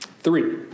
Three